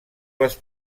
les